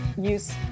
use